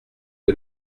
que